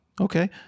okay